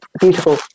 beautiful